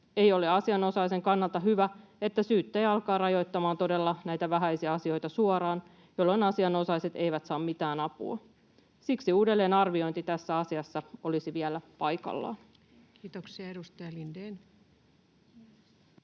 Ei ole asianosaisen kannalta hyvä, että syyttäjä alkaa rajoittamaan todella näitä vähäisiä asioita suoraan, jolloin asianosaiset eivät saa mitään apua. Siksi uudelleenarviointi tässä asiassa olisi vielä paikallaan. [Speech 356]